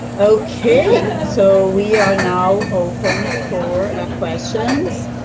okay so we are now open for ah questions,